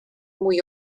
mwy